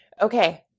Okay